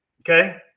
Okay